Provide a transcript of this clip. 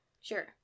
Sure